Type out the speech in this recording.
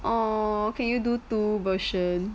!aww! can you do two version